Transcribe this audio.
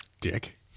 Dick